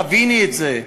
תביני את זה,